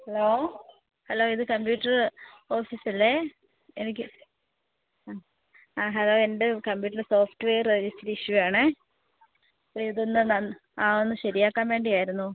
hello hello ഇത് computer ഓഫീസല്ലേ എനിക്ക് ആ ആ ഹലോ എൻ്റെ കമ്പ്യൂട്ടർ സോഫ്റ്റ് വെയർ ഒരിച്ചിരി ഇഷ്യൂ ആണേ ഇതൊന്ന് ആ ഒന്ന് ശരിയാക്കാൻ വേണ്ടിയായിരുന്നു